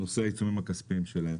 בנושא העיצומים הכספיים שלהם.